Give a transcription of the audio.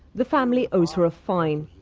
the family owes her a fine,